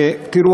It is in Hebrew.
תודה רבה.